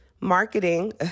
Marketing